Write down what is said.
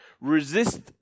resist